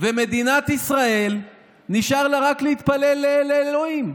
ולמדינת ישראל נשאר רק להתפלל לאלוהים: